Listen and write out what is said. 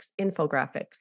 infographics